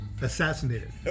Assassinated